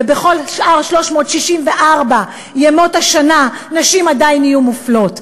ובכל שאר 364 ימות השנה נשים עדיין יהיו מופלות.